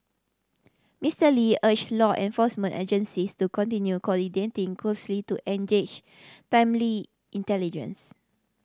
Mister Lee urged law enforcement agencies to continue coordinating closely to engage timely intelligence